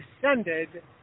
descended